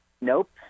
Nope